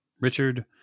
Richard